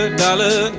dollar